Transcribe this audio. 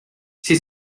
she